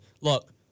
look